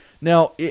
Now